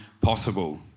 possible